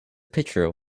picture